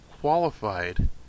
qualified